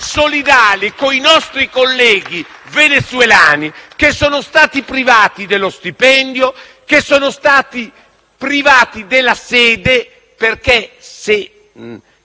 solidali con i nostri colleghi venezuelani che sono stati privati dello stipendio, che sono stati privati della sede. Se non